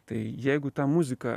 tai jeigu ta muzika